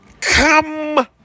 come